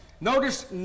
Notice